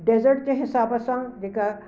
desert जे हिसाब सां जेका